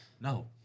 No